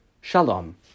Shalom